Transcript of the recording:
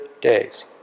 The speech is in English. days